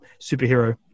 superhero